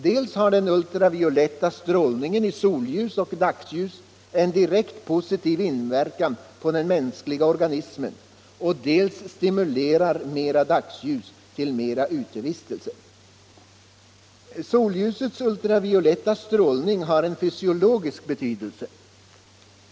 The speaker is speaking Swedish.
Dels har den ultravioletta strålningen i solljus och dagsljus en direkt positiv inverkan på den mänskliga organismen, dels stimulerar mera dagsljus till mera utevistelse. Solljusets ultravioletta strålning har en fysiologisk betydelse.